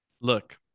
Look